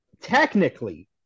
technically